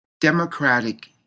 democratic